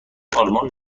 آلمان